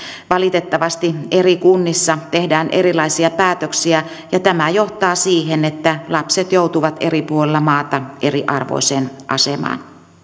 valitettavasti eri kunnissa tehdään erilaisia päätöksiä ja tämä johtaa siihen että lapset joutuvat eri puolilla maata eriarvoiseen asemaan